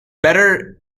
better